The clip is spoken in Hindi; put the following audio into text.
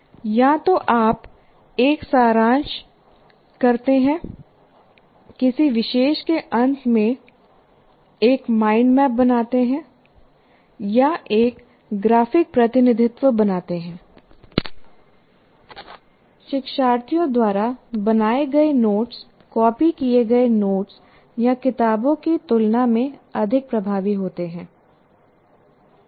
या तो आप एक सारांश करते हैं किसी विषय के अंत में एक माइंड मैप बनाते हैं या एक ग्राफिक प्रतिनिधित्व बनाते हैं शिक्षार्थियों द्वारा बनाए गए नोट्स कॉपी किए गए नोट्स या किताबों की तुलना में अधिक प्रभावी होते हैं